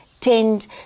tend